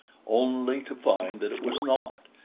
only to find that it was not,